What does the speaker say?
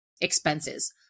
expenses